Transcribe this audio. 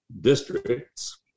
districts